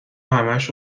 همش